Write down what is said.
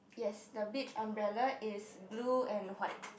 yes the beach umbrella is blue and white